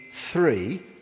three